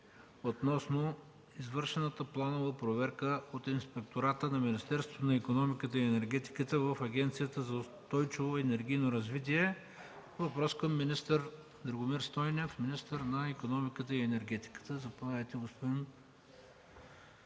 относно извършената планова проверка от Инспектората на Министерството на икономиката и енергетиката в Агенцията за устойчиво енергийно развитие. Въпросът е към Драгомир Стойнев – министър на икономиката и енергетиката. Заповядайте, господин